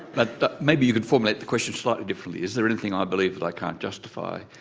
but but maybe you could formulate the question slightly differently. is there anything i believe that i can't justify?